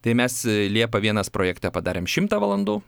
tai mes liepa vienas projektą padarėme šimtą valandų